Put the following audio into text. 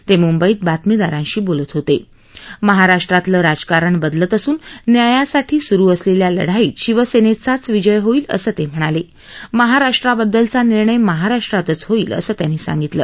त मुंबईत बातमीदारांशी बोलत होत महाराष्ट्रातलं राजकारण बदलत असून न्यायासाठी सुरु असलब्ध्या लढाईत शिवसब्रब्राच विजय होईल असं त म्हणाल महाराष्ट्राबददलचा निर्णय महाराष्ट्रातच होईल असं त्यांनी सांगितलं